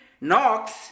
knocks